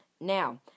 Now